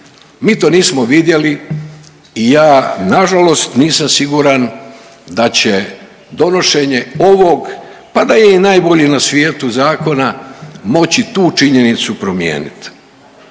Mi to nismo vidjeli i ja na žalost nisam siguran da će donošenje ovog, pa da je i najbolji na svijetu zakona moći tu činjenicu promijeniti.